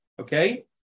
Okay